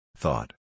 thought